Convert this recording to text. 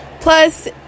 Plus